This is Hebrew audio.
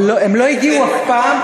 אבל הם לא הגיעו אף פעם,